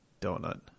donut